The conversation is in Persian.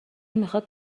میخواد